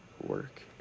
work